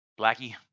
Blackie